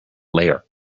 layer